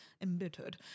embittered